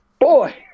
boy